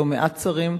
לא מעט שרים,